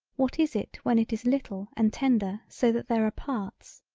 what is it when it is little and tender so that there are parts.